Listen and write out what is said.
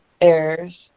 errors